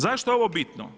Zašto je ovo bitno?